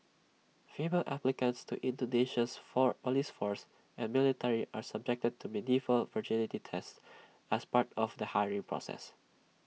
female applicants to Indonesia's for Police force and military are subjected to medieval virginity tests as part of the hiring process